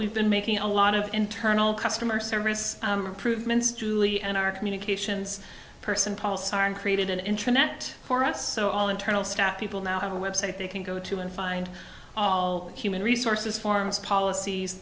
we've been making a lot of internal customer service approve minutes julie and our communications person paul simon created an internet for us so all internal staff people now have a website they can go to and find all human resources forms policies